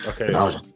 okay